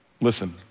Listen